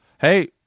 Hey